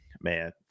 man